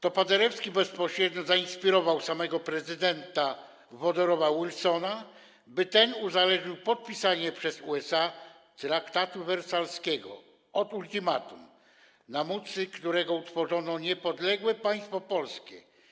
To Paderewski bezpośrednio zainspirował samego prezydenta Woodrowa Wilsona, by ten uzależnił podpisanie przez USA traktatu wersalskiego od ultimatum, na mocy którego utworzono niepodległe państwo polskie.